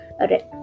okay